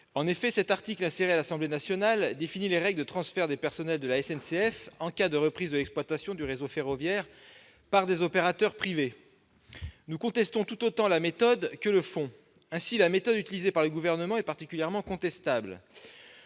En effet, cet article, inséré à l'Assemblée nationale, définit les règles de transfert des personnels de la SNCF en cas de reprise de l'exploitation du réseau ferroviaire par des opérateurs privés. Nous contestons tout autant la méthode que le fond. Ainsi, la méthode utilisée par le Gouvernement est particulièrement discutable.